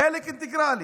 חלק אינטגרלי.